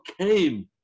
came